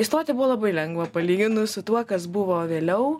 įstoti buvo labai lengva palyginus su tuo kas buvo vėliau